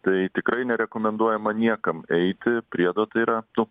tai tikrai nerekomenduojama niekam eiti priedo tai yra nu